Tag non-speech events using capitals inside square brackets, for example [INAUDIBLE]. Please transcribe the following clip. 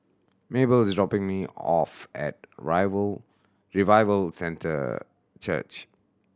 Mabell is dropping me off at [UNINTELLIGIBLE] Revival Centre Church